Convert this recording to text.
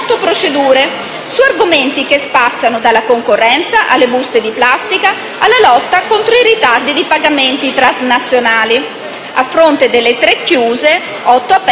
procedure su argomenti che spaziano dalla concorrenza, alle buste di plastica, alla lotta contro i ritardi di pagamenti transnazionali. A fronte delle tre chiuse ve